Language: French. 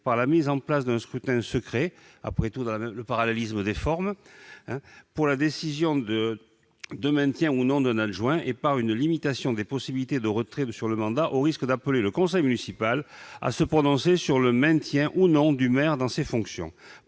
par la mise en place d'un scrutin secret- après tout, c'est le parallélisme des formes -pour la décision de maintien ou non d'un adjoint et par une limitation des possibilités de retrait au risque d'appeler le conseil municipal à se prononcer sur le maintien ou non du maire dans ses fonctions.